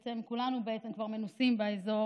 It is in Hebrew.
בעצם כולנו כבר מנוסים באזור,